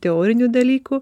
teorinių dalykų